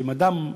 שאם אדם,